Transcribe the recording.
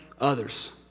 others